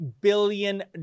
billion